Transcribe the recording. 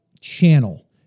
channel